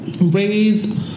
raised